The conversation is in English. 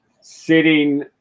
sitting